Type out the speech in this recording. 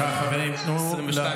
סליחה, חברים, תנו לו.